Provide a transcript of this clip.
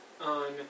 On